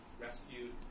rescued